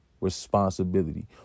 responsibility